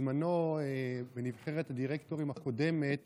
בנבחרת הדירקטורים הקודמת